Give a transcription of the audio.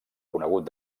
conegut